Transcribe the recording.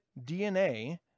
DNA